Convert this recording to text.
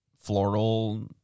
floral